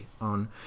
on